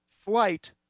flight